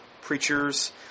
preachers